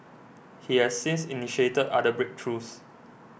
he has since initiated other breakthroughs